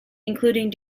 including